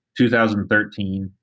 2013